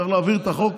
צריך להעביר את החוק